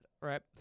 right